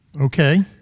Okay